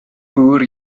gŵr